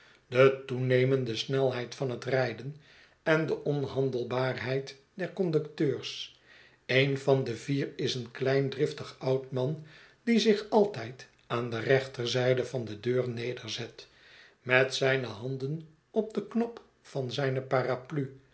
de toenemende snelheid van het rijden en de onhandelbaarheid der conducteurs een van de vier is een klein driftig oud man die zich altijd aan de rechterzijde van de deur nederet met zijne handen op den knop van zijne paraplu